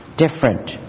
different